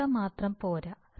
സ്ഥിരത മാത്രം പോരാ